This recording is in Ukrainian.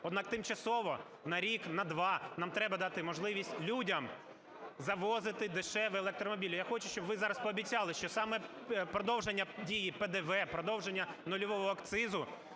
Однак, тимчасово, на рік, на два нам треба дати можливість людям завозити дешеві електромобілі. Я хочу, щоб ви зараз пообіцяли, що саме продовження дії ПДВ, продовження нульового акцизу